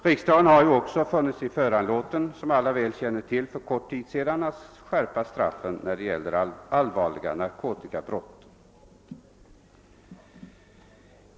Som alla känner till fann sig riksdagen för kort tid sedan föranlåten att skärpa straffen för allvarligare narkotikabrott.